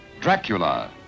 Dracula